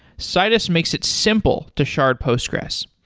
citus makes it simple to shard postgres.